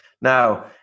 Now